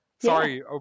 Sorry